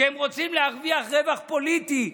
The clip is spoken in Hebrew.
שרוצים להרוויח רווח פוליטי.